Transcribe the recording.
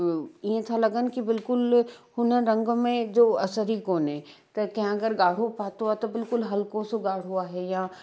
ईअं ता लॻनि बिल्कुलु हुन रंग में जो असरु ई कोन्हे त कंहिं अगरि ॻाढ़ो पतो आहे त बिल्कुलु हल्को सो ॻाढ़ो आहे या